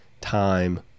time